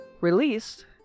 released